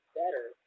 better